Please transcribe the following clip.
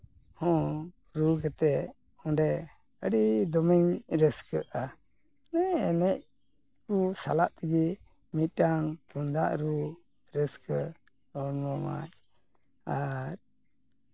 ᱦᱚᱸ ᱨᱩ ᱠᱟᱛᱮᱫ ᱚᱸᱰᱮ ᱟᱹᱰᱤ ᱫᱚᱢᱮᱧ ᱨᱟᱹᱥᱠᱟᱹᱜᱼᱟ ᱚᱱᱮ ᱮᱱᱮᱡ ᱠᱚ ᱥᱟᱞᱟᱜ ᱛᱮᱜᱮ ᱢᱤᱫᱴᱟᱝ ᱛᱩᱢᱫᱟᱜ ᱨᱩ ᱨᱟᱹᱥᱠᱟᱹ ᱦᱚᱲᱢᱚ ᱢᱟᱡᱽ ᱟᱨ